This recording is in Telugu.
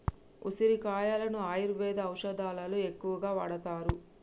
ఉసిరికాయలను ఆయుర్వేద ఔషదాలలో ఎక్కువగా వాడుతారు